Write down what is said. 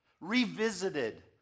revisited